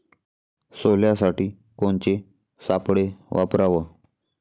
सोल्यासाठी कोनचे सापळे वापराव?